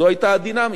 זו היתה הדינמיקה.